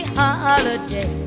holiday